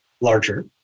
larger